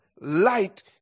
light